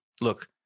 look